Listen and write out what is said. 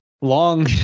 long